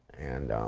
and